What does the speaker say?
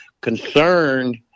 concerned